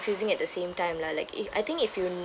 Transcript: confusing at the same time lah like if I think if you